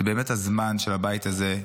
זה באמת הזמן של הבית הזה,